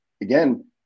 again